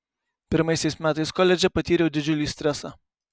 pirmaisiais metais koledže patyriau didžiulį stresą